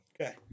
Okay